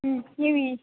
ಹ್ಞೂ ನೀವು ಈ